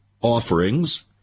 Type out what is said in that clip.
offerings